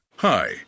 Hi